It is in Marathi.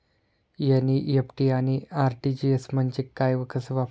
एन.इ.एफ.टी आणि आर.टी.जी.एस म्हणजे काय व कसे वापरायचे?